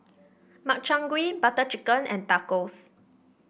Makchang Gui Butter Chicken and Tacos